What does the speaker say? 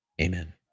Amen